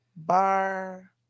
Bar